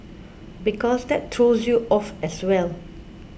because that throws you off as well